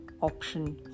Option